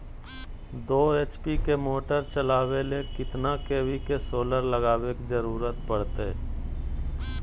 दो एच.पी के मोटर चलावे ले कितना के.वी के सोलर लगावे के जरूरत पड़ते?